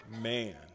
man